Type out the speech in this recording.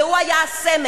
והוא היה הסמל.